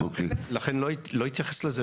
לכן בוודאי לא אתייחס לזה,